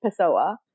Pessoa